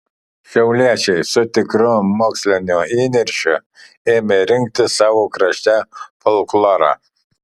šiauliečiai su tikru moksliniu įniršiu ėmė rinkti savo krašte folklorą